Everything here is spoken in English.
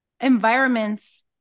environments